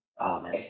Amen